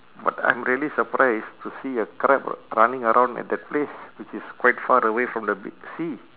but I'm really surprised to see a crab running around at the place which is quite far away from the be~ sea